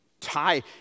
tie